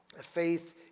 faith